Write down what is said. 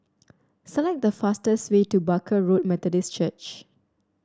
select the fastest way to Barker Road Methodist Church